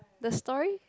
the story